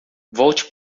volte